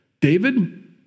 David